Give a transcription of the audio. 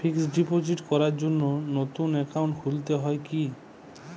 Fix deposit করার জন্য নতুন অ্যাকাউন্ট খুলতে হয় কী?